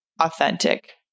authentic